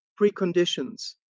preconditions